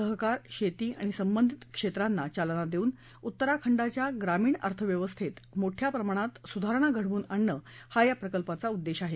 सहकार शेती आणि संबंधित क्षेत्रांना चालना देऊन उत्तराखंडाच्या ग्रामीण अर्थव्यवस्थेत मोठया प्रमाणात सुधारण घडवून आणणं हा या प्रकल्पाचा उद्देश आहे